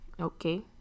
okay